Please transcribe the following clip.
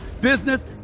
business